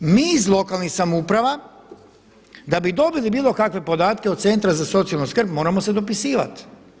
Mi iz lokalnih samouprava da bi dobili bilo kakve podatke od centra za socijalnu skrb moramo se dopisivati.